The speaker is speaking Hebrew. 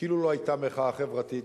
כאילו לא היתה מחאה חברתית,